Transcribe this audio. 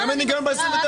גם אין היגיון ב-29.